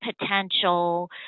potential